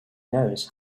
knows